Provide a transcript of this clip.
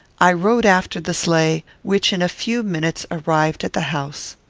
i rode after the sleigh, which in a few minutes arrived at the house.